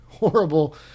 Horrible